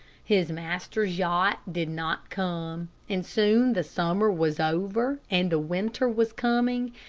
his master's yacht did not come, and soon the summer was over, and the winter was coming,